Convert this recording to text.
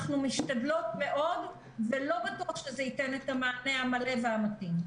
אנחנו משתדלות מאוד ולא בטוח שזה ייתן את המענה המלא והמתאים.